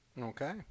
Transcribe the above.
Okay